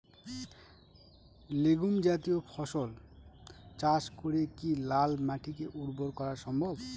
Legume জাতীয় ফসল চাষ করে কি লাল মাটিকে উর্বর করা সম্ভব?